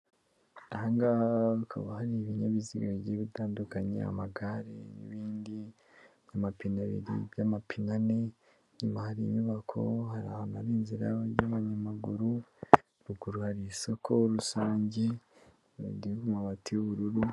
Aha ngaha hakaba hari ibinyabiziga bigiye bitandukanye amagare n'ibindi, amapine abiri, iby'amapine ane, inyuma hari inyubako hari ahantu hari inzira y'abanyamaguru, ruguru hari isoko rusange n'ibindi biri ku mabati y'ubururu.